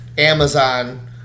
Amazon